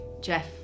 Jeff